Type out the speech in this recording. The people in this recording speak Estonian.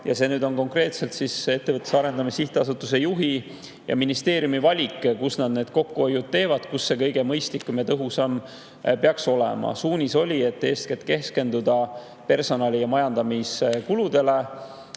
Ja see on konkreetselt selle sihtasutuse juhi ja ministeeriumi valik, kus nad need kokkuhoiud teevad, kus see kõige mõistlikum ja tõhusam peaks olema. Suunis oli eeskätt keskenduda personali- ja majandamiskuludele,